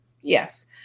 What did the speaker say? Yes